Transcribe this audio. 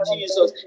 Jesus